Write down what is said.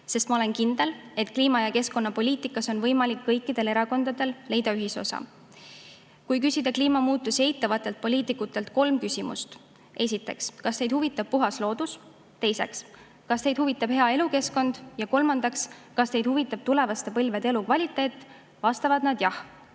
sest ma olen kindel, et kliima- ja keskkonnapoliitikas on võimalik kõikidel erakondadel leida ühisosa. Kui küsida kliimamuutusi eitavatelt poliitikutelt kolm küsimust – esiteks, kas teid huvitab puhas loodus; teiseks, kas teid huvitab hea elukeskkond; ja kolmandaks, kas teid huvitab tulevaste põlvede elukvaliteet –, siis vastavad nad jah.